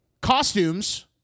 Costumes